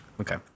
Okay